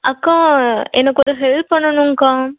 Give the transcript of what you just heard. அக்கா எனக்கு ஒரு ஹெல்ப் பண்ணனும்க்கா